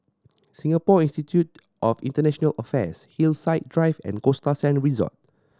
Singapore Institute of International Affairs Hillside Drive and Costa Sands Resort